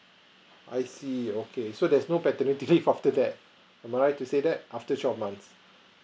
I see okay so there's no paternity leave after that am I right to say that after twelve months